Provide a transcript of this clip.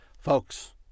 Folks